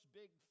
big